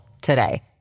today